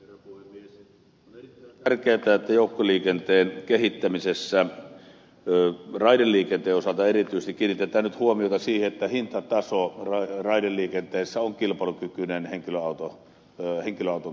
on erittäin tärkeätä että joukkoliikenteen kehittä misessä raideliikenteen osalta erityisesti kiinni tetään nyt huomiota siihen että hintataso raide liikenteessä on kilpailukykyinen henkilöauton käyttöön nähden